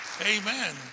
Amen